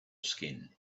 skin